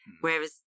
whereas